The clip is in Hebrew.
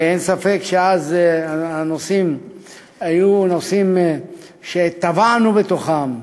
ואין ספק שאז הנושאים היו נושאים שטבענו בתוכם.